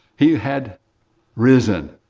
he had risen.